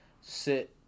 sit